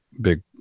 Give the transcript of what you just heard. big